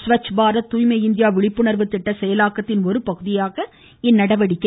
ஸ்வச் பாரத் தூய்மை இந்தியா விழிப்புணா்வு திட்ட செயலாக்கத்தின் ஒரு பகுதியாக இந்நடவடிக்கை